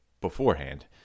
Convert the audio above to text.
beforehand